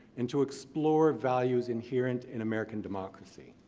and to explore values inherent in american democracy.